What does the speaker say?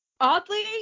Oddly